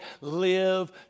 live